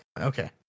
Okay